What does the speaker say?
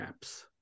apps